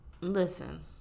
Listen